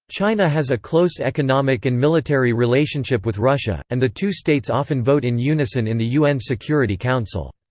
china has a close economic and military relationship with russia, and the two states often vote in unison in the un security council.